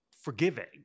forgiving